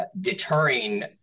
deterring